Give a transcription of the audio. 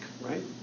right